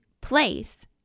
place